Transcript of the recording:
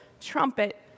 trumpet